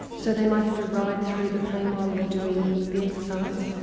so they might have to ride through the pain while they're doing the exercise?